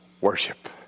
Worship